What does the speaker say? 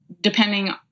depending